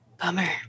Bummer